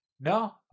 No